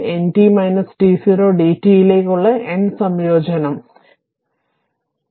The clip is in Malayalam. n t t0 d t യിലേക്കുള്ള n സംയോജനം എന്നെ കുറച്ച് മുകളിലേക്ക് പോകാൻ അനുവദിക്കുക